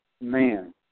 man